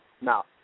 Now